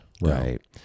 right